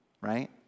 right